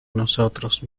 nosotros